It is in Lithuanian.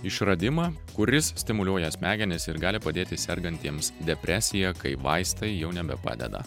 išradimą kuris stimuliuoja smegenis ir gali padėti sergantiems depresija kai vaistai jau nebepadeda